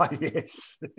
yes